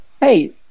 Hey